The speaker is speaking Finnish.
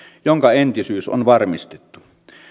jonka entisyys on varmistettu